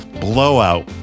blowout